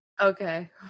Okay